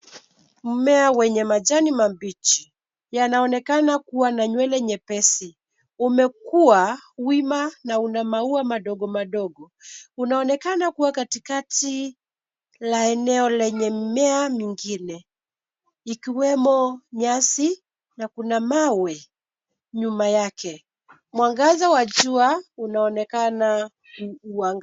Mmea wenye majani mabichi yanaonekana kuwa na nywele nyepesi. Umekuwa wima na una maua madogo madogo. Unaonekana kuwa katikati la eneo lenye mmea mingine, ikiwemo nyasi na kuna mawe nyuma yake. Mwangaza wa jua, unaonekana ukiangaza.